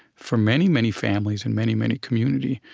for many, many families and many, many, community,